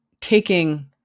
taking